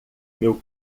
meu